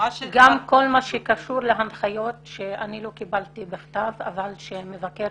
כל מה שקשור להנחיות שלא קיבלתי בכתב אבל מבקר